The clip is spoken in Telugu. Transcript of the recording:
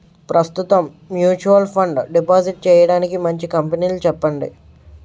ప్రస్తుతం మ్యూచువల్ ఫండ్ డిపాజిట్ చేయడానికి మంచి కంపెనీలు చెప్పండి